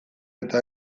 eta